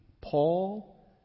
Paul